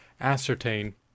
ascertain